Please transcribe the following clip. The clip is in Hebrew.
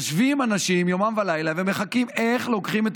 יושבים אנשים יומם ולילה ומחכים: איך לוקחים את